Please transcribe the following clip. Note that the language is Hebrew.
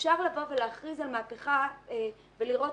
אפשר לבוא ולהכריז על מהפכה ולראות